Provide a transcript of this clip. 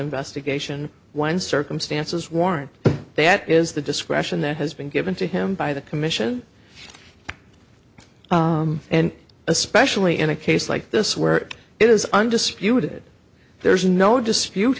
investigation when circumstances warrant that is the discretion there has been given to him by the commission and especially in a case like this where it is undisputed there's no dispute